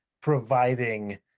providing